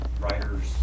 writers